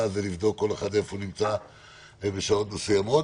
לבדוק איפה כל אחד נמצא בשעות מסוימות,